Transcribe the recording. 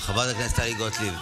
חברת הכנסת טלי גוטליב.